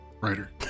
writer